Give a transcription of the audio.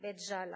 בית-ג'אלה,